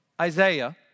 Isaiah